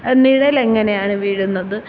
നിഴൽ എങ്ങനെയാണ് വീഴുന്നത്